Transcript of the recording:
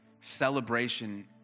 celebration